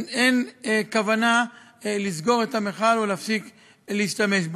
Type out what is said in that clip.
אין כוונה לסגור את המכל או להפסיק להשתמש בו.